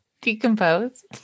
decompose